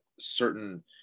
certain